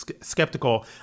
skeptical